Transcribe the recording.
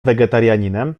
wegetarianinem